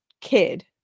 kid